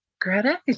Greta